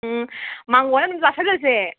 ꯎꯝ ꯃꯥꯡꯒꯣꯟꯗ ꯑꯗꯨꯝ ꯆꯥꯁꯤꯜꯂꯁꯦ